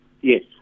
Yes